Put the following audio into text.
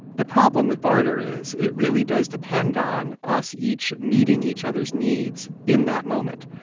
the problem with barter is it really does depend on us each meeting each other's needs in that moment.